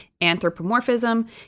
anthropomorphism